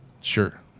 Sure